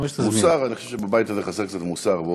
מוסר, אני חושב שבבית הזה חסר קצת מוסר.